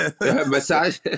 massage